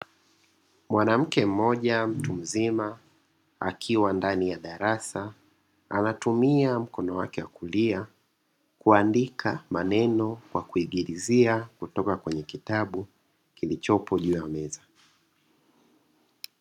Mwanamke mmoja mtu mzima akiwa ndani ya darasa, anatumia mkono wake wa kulia kuandika maneno kwa kuigilizia kutoka kwenye kitabu kilichopo juu ya meza.